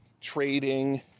trading